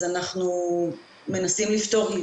אז אנחנו מנסים לפתור.